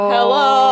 Hello